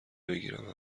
بگیرم